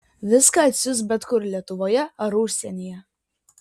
viską atsiųs bet kur lietuvoje ar užsienyje